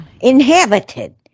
inhabited